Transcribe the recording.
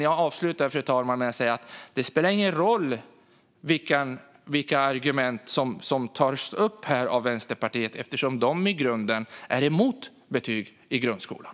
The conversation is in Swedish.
Jag avslutar, fru talman, med att säga att det inte spelar någon roll vilka argument som tas upp här av Vänsterpartiet, för Vänsterpartiet är i grunden emot betyg i grundskolan.